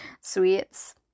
sweets